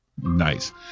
Nice